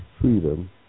freedom